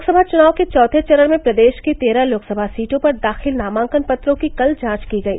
लोकसभा चुनाव के चौथे चरण में प्रदेश की तेरह लोकसभा सीटों पर दाखिल नामांकन पत्रों की कल जांच की गई